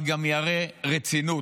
אבל שגם יראה רצינות.